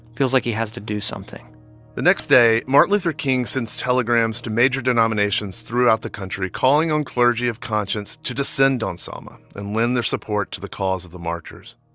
feels like he has to do something the next day, martin luther king sends telegrams to major denominations throughout the country, calling on clergy of conscience to descend on selma and lend their support to the cause of the marchers.